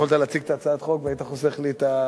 יכולת להציג את הצעת החוק והיית חוסך לי את,